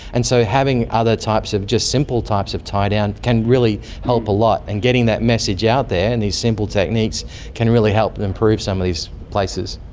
and so, having other types of just simple types of tie down can really help a lot. and getting that message out there and these simple techniques can really help to improve some of these places.